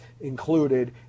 included